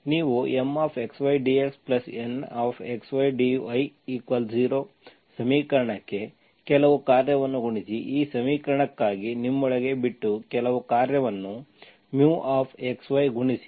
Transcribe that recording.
ಎಂಬ ಪರಿಕಲ್ಪನೆ ಇದೆ ನೀವು MxydxNxydy0 ಸಮೀಕರಣಕ್ಕೆ ಕೆಲವು ಕಾರ್ಯವನ್ನು ಗುಣಿಸಿ ಈ ಸಮೀಕರಣಕ್ಕಾಗಿ ನಿಮ್ಮೊಳಗೆ ಬಿಟ್ಟು ಕೆಲವು ಕಾರ್ಯವನ್ನು μx y ಗುಣಿಸಿ